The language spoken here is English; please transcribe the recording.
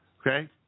Okay